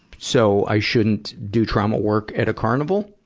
so, i shouldn't do trauma work at a carnival?